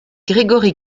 gregory